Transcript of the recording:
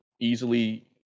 easily